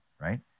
right